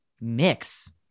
mix